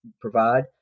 provide